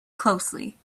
closely